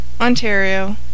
ontario